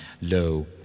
Lo